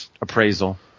appraisal